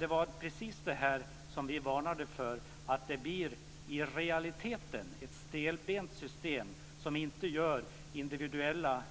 Det var precis det som vi varnade för: att det i realiteten blir ett stelbent system som inte gör individuella